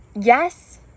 yes